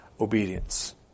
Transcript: obedience